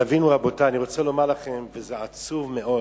תבינו, רבותי, אני רוצה לומר לכם, וזה עצוב מאוד.